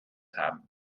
haben